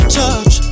touch